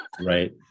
Right